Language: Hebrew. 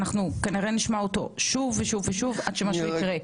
כנראה נשמע אותו שוב ושוב, עד שמשהו יקרה.